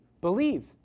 believe